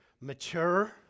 mature